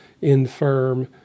infirm